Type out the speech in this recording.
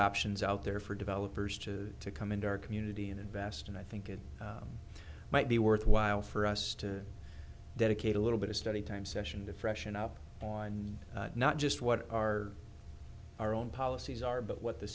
options out there for developers to come into our community and invest in i think it might be worthwhile for us to dedicate a little bit of study time session to freshen up on not just what are our own policies our but what the